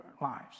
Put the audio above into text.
lives